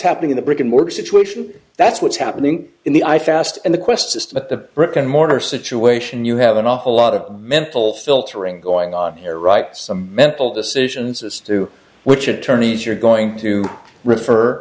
happening in the brick and mortar situation that's what's happening in the i fast and the quest system at the brick and mortar situation you have an awful lot of mental filtering going on here right some mental decisions as to which attorneys you're going to refer